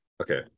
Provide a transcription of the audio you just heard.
Okay